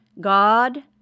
God